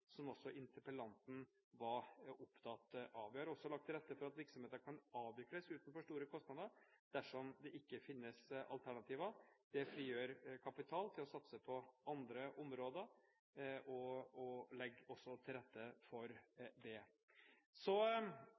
som også interpellanten var opptatt av. Vi har også lagt til rette for at virksomheter kan avvikles uten for store kostnader dersom det ikke finnes alternativer. Det frigjør kapital til å satse på andre områder og legger også til rette for